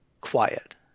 quiet